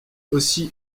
aussi